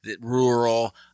rural